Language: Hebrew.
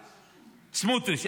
סמוטריץ'.